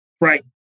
Right